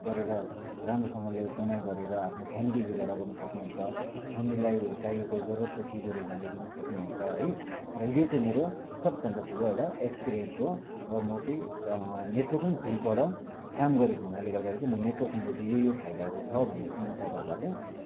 गरेर राम्रोसँगले कमाई गरेर आफ्नो फेमिली गुजारा गर्नु सक्नुहुन्छ फेमिलीलाई चाहिएको जरुरतको चिजहरू उहाँले दिन सक्नुहुन्छ है र यो चाहिँ मेरो सबभन्दा ठुलो एउटा एक्सपिरियन्स हो र म चाहिँ नेटवर्किङ फिल्डबाट काम गरेको हुनाले गर्दा चाहिँ म नेटवर्किङको चाहिँ यो यो फाइदाहरू छ भनेर चाहिँ म तपाईँहरूलाई चाहिँ